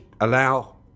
allow